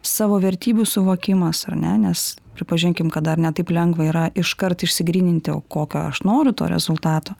savo vertybių suvokimas ar ne nes pripažinkim kad dar ne taip lengva yra iškart išsigryninti o kokio aš noriu to rezultato